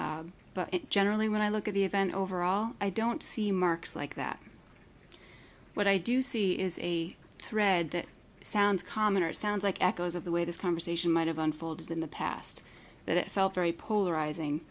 but generally when i look at the event overall i don't see marks like that what i do see is a thread that sounds common or sounds like echoes of the way this conversation might have unfolded in the past that it felt very polarizing